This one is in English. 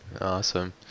awesome